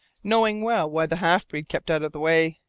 knowing well why the half-breed kept out of the way.